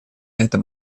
это